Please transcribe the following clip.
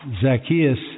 Zacchaeus